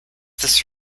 this